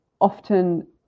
often